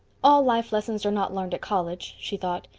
all life lessons are not learned at college, she thought.